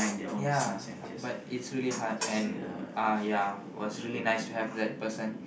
ya but it's really hard and uh ya was really nice to have that person